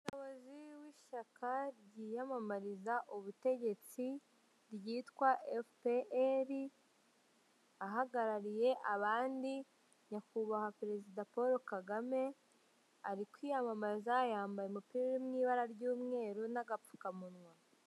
Umuyobozi w'ishyaka ryiyamamariza ubutegetsi ryitwa efuperi ahagarariye abandi nyakubahwa perezida Paul Kagame ari kwiyamamaza yambaye umupira uri mu ibara ry'umweru n'agapfukamunwa.